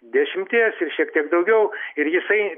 dešimties ir šiek tiek daugiau ir jisai